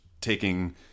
taking